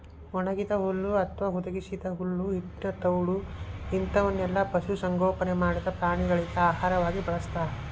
ಒಣಗಿದ ಹುಲ್ಲು ಅತ್ವಾ ಹುದುಗಿಸಿದ ಹುಲ್ಲು ಹಿಟ್ಟಿನ ತೌಡು ಇಂತವನ್ನೆಲ್ಲ ಪಶು ಸಂಗೋಪನೆ ಮಾಡಿದ ಪ್ರಾಣಿಗಳಿಗೆ ಆಹಾರ ಆಗಿ ಬಳಸ್ತಾರ